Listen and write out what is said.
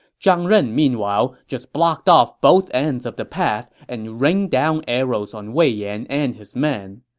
zhang ren, meanwhile, just blocked off both ends of the path and rained down arrows on wei yan and his men.